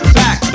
back